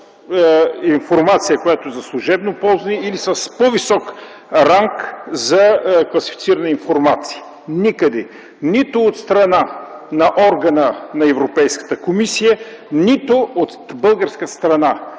информация, която е за служебно ползване или с по-висок ранг за класифицирана информация. Никъде – нито от страна на органа на Европейската комисия, нито от българска страна.